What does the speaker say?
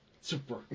Super